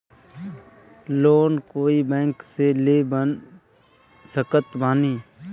Loan कोई bank से ले सकत बानी?